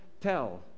Tell